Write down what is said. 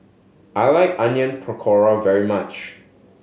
I like Onion Pakora very much